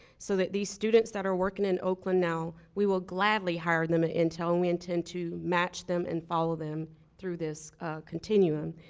so that these students that are working in oakland now, we will glady hire them at intel and we intend to match them and follow them through this continium.